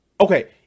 Okay